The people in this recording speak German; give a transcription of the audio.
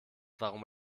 warum